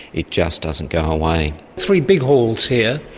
it just doesn't go away. three big halls here.